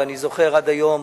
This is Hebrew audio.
ואני זוכר עד היום